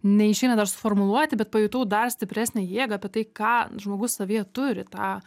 neišeina dar suformuluoti bet pajutau dar stipresnę jėgą apie tai ką žmogus savyje turi tą